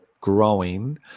growing